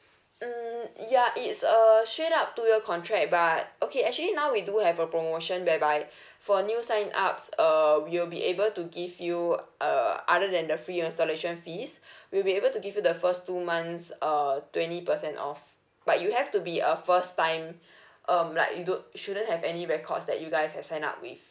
hmm ya it's uh straight up to your contract but okay actually now we do have a promotion whereby for new sign ups uh we'll be able to give you uh other than the free installation fees we'll be able to give you the first two months uh twenty percent off but you have to be a first time um like you don't shouldn't have any records that you guys has signed up with